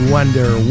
Wonder